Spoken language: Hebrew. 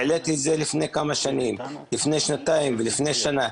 העליתי את זה לפני שנתיים ולפני שנה.